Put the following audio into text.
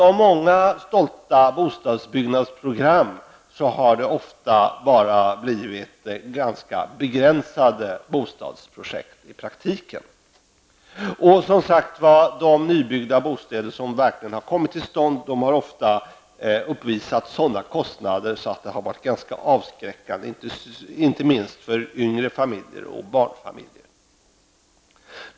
Av många stolta bostadsbyggnadsprogram har det ofta i praktiken bara blivit ganska begränsade bostadsprojekt. De nybyggda bostäder som verkligen kommit till stånd har, som sagt, ofta uppvisat kostnader som har varit ganska avskräckande, inte minst för yngre familjer och barnfamiljer.